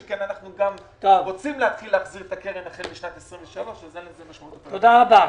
שכן אנחנו גם רוצים להתחיל להחזיר את הקרן החל משנת 2023. תודה רבה.